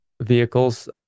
vehicles